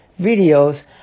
videos